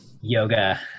yoga